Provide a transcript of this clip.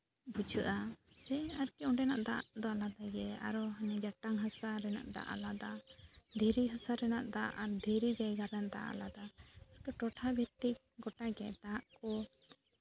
ᱵᱩᱡᱷᱟᱹᱜᱼᱟ ᱥᱮ ᱟᱨᱠᱤ ᱚᱸᱰᱮᱱᱟᱜ ᱫᱟᱜ ᱫᱚ ᱟᱞᱫᱟ ᱜᱮᱭᱟ ᱟᱨᱚ ᱦᱟᱱᱮ ᱡᱟᱴᱟᱝ ᱦᱟᱥᱟ ᱨᱮᱱᱟᱜ ᱫᱟᱜ ᱟᱞᱟᱫᱟ ᱫᱷᱤᱨᱤ ᱦᱟᱥᱟ ᱨᱮᱱᱟᱜ ᱫᱟᱜ ᱟᱨ ᱫᱷᱤᱨᱤ ᱡᱟᱭᱜᱟ ᱨᱮᱱᱟᱜ ᱫᱟᱜ ᱟᱞᱟᱫᱟ ᱴᱚᱴᱷᱟ ᱵᱷᱤᱛᱛᱤᱠ ᱜᱳᱴᱟᱜᱮ ᱫᱟᱜ ᱠᱚ